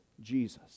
jesus